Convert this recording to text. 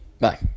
Bye